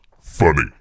funny